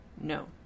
No